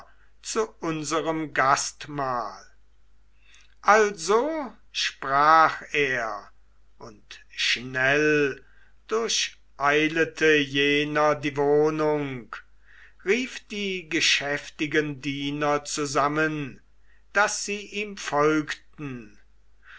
zu unserem gastmahl also sprach er und schnell durcheilete jener die wohnung rief die geschäftigen diener zusammen daß sie ihm folgten